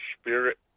spirit